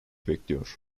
bekliyor